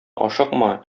ашыкма